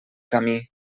camí